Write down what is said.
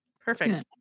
Perfect